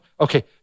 okay